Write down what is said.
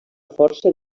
força